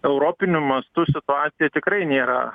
europiniu mastu situacija tikrai nėra